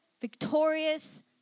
victorious